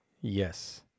Yes